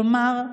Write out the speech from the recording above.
כלומר,